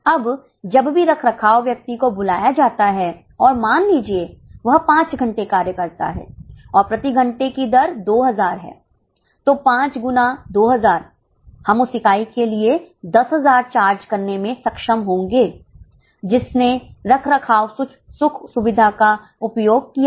अब जब भी रखरखाव व्यक्ति को बुलाया जाता है और मान लीजिएवह 5 घंटे कार्य करता है और प्रति घंटे की दर 2000 है तो 5 गुना 2000 हम उस इकाई के लिए 10000 चार्ज करने में सक्षम होंगे जिसने रखरखाव सुख सुविधा का उपयोग किया है